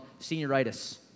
senioritis